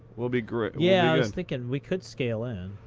we'll be good. yeah, i was thinking, we could scale in.